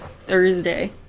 Thursday